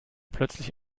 plötzlich